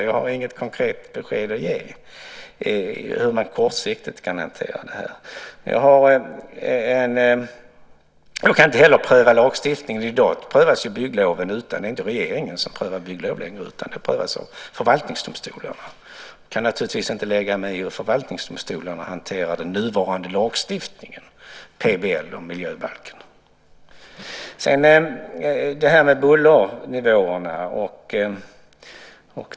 Jag har inget konkret besked att ge om hur man kortsiktigt kan hantera det här. Jag kan inte heller pröva lagstiftningen. I dag är det inte längre regeringen som prövar byggloven, utan de prövas av förvaltningsdomstolarna. Jag kan naturligtvis inte lägga mig i hur förvaltningsdomstolarna hanterar den nuvarande lagstiftningen, PBL och miljöbalken. Sedan var det detta med bullernivåerna.